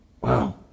Wow